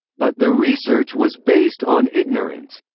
but the research was based on ignorance.